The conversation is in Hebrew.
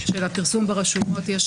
שלפרסום ברשומות יש